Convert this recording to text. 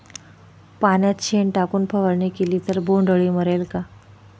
पाण्यात शेण टाकून फवारणी केली तर बोंडअळी मरेल का?